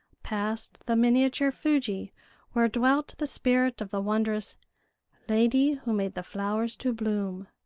passed the miniature fuji where dwelt the spirit of the wondrous lady who made the flowers to bloom.